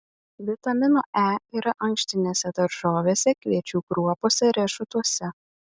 vitamino e yra ankštinėse daržovėse kviečių kruopose riešutuose